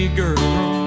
girl